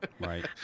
Right